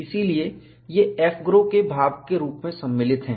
इसलिए ये AFGROW के भाग के रूप में सम्मिलित हैं